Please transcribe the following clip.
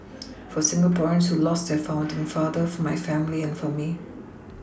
for Singaporeans who lost their founding father for my family and for me